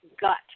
gut